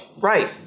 right